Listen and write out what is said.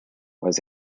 was